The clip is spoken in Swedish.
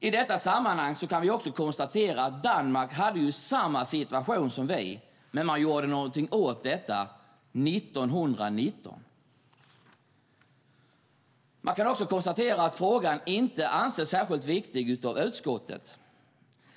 I detta sammanhang kan vi konstatera att Danmark hade samma situation som vi, men de gjorde något åt detta 1919. Man kan också konstatera att frågan inte anses särskilt viktig i utskottet.